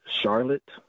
Charlotte